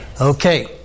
Okay